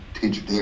teacher